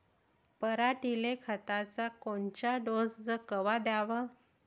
पऱ्हाटीले खताचा कोनचा डोस कवा द्याव?